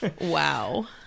wow